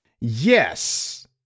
Yes